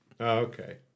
okay